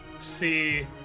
see